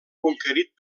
conquerit